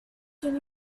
can